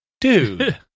dude